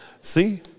See